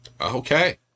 Okay